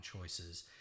choices